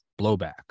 blowback